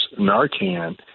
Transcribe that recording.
Narcan